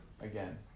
again